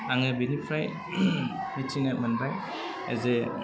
आङो बेनिफ्राय मिथिनो मोनबाय जे